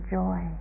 joy